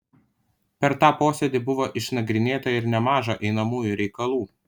per tą posėdį buvo išnagrinėta ir nemaža einamųjų reikalų